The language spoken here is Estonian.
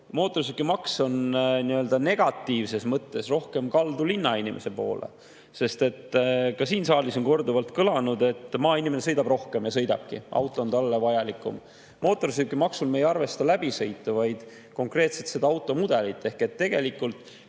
mootorsõidukimaks on negatiivses mõttes rohkem kaldu linnainimese poole. Ka siin saalis on korduvalt kõlanud, et maainimene sõidab rohkem. Ta sõidabki, auto on talle vajalikum. Mootorsõidukimaksu puhul me ei arvesta läbisõitu, vaid konkreetset automudelit. Tegelikult,